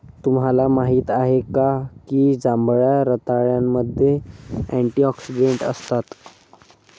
तुम्हाला माहित आहे का की जांभळ्या रताळ्यामध्ये अँटिऑक्सिडेंट असतात?